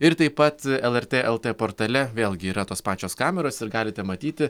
ir taip pat lrt lt portale vėlgi yra tos pačios kameros ir galite matyti